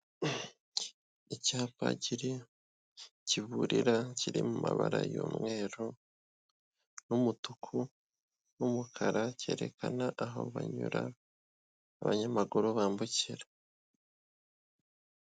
Icyapa kiri kiburira, kiri mu mabara y'umweru, n'umutuku, n'umukara, cyerekana aho banyura, abanyamaguru bambukira.